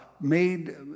made